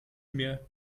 mehr